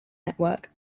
network